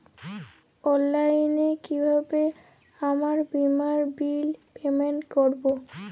অনলাইনে কিভাবে আমার বীমার বিল পেমেন্ট করবো?